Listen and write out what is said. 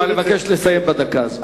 אני מבקש לסיים בדקה הזאת.